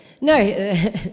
No